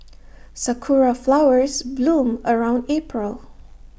Sakura Flowers bloom around April